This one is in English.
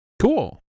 Cool